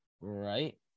right